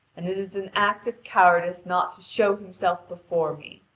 and it is an act of cowardice not to show himself before me.